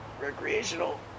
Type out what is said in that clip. recreational